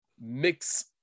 mix